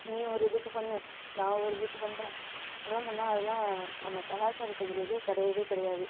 நீ ஒரு இதுக்கு பண்ணு நான் ஒரு இதுக்கு பண்றேன் அப்புடில்லாம் பண்ணால் அதலாம் நம்ம கலாச்சாரத்துக்கு உரியதே கிடையவே கிடையாது